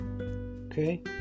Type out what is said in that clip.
Okay